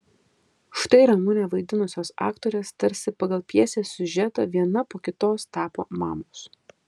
štai ramunę vaidinusios aktorės tarsi pagal pjesės siužetą viena po kitos tapo mamos